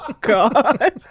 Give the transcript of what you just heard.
God